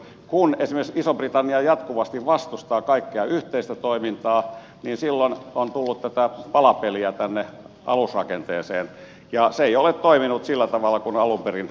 kun esimerkiksi iso britannia jatkuvasti vastustaa kaikkea yhteistä toimintaa niin silloin on tullut tätä palapeliä tänne alusrakenteeseen ja se ei ole toiminut sillä tavalla kuin alun perin odotettiin